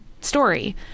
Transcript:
story